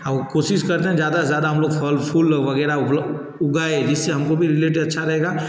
और वो कोशिश करते हैं ज़्यादा से ज़्यादा हम लोग फ़ल फ़ूल वग़ैरह उगाएं जिससे हम को भी रिलेटेड अच्छा रहेगा